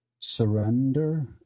Surrender